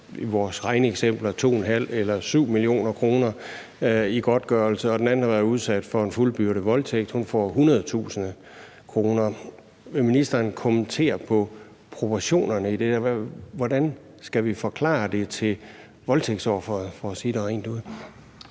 også et eksempel med 7 mio. kr. – og den anden har været udsat for en fuldbyrdet voldtægt, og hun får 100.000 kr. Vil ministeren kommentere på proportionerne i det? Hvordan skal vi forklare det til voldtægtsofferet,